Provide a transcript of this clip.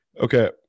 Okay